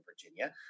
Virginia